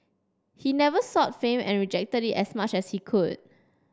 he never sought fame and rejected it as much as he could